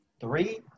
Three